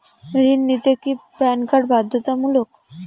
ঋণ নিতে কি প্যান কার্ড বাধ্যতামূলক?